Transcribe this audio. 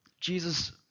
Jesus